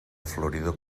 florida